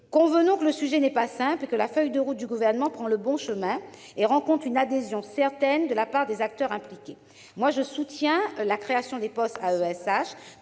Convenons que le sujet n'est pas simple et que la feuille de route du Gouvernement, qui va dans le bon sens, rencontre une adhésion certaine de la part des acteurs impliqués. Pour ma part, je soutiens la création de postes d'AESH